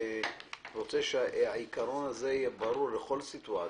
רוצה שהעיקרון הזה יהיה ברור לכל סיטואציה.